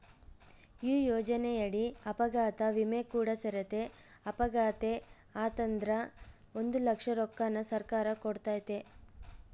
ಈ ಯೋಜನೆಯಡಿ ಅಪಘಾತ ವಿಮೆ ಕೂಡ ಸೇರೆತೆ, ಅಪಘಾತೆ ಆತಂದ್ರ ಒಂದು ಲಕ್ಷ ರೊಕ್ಕನ ಸರ್ಕಾರ ಕೊಡ್ತತೆ